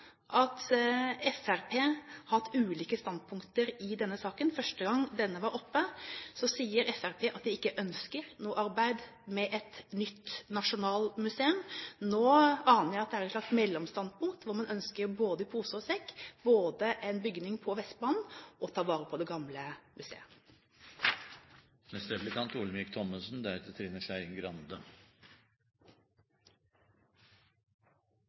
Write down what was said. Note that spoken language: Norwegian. at Fremskrittspartiet har hatt ulike standpunkter i denne saken. Første gang saken var oppe, sa Fremskrittspartiet at de ikke ønsket noe arbeid med et nytt nasjonalmuseum. Nå aner jeg at det er et slags mellomstandpunkt, hvor man ønsker i både i pose og sekk: både en bygning på Vestbanen og å ta vare på det gamle